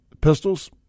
pistols